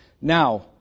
Now